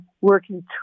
working